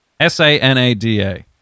S-A-N-A-D-A